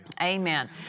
Amen